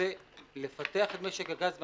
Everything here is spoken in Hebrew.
שרוצה לפתוח את משק הגז הנפט,